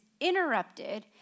interrupted